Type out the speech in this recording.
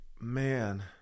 man